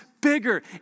bigger